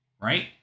right